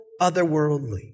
otherworldly